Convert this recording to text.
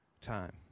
time